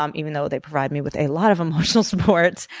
um even though they provide me with a lot of emotional support,